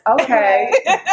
Okay